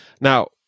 Now